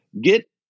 Get